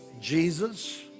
jesus